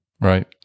right